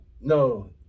No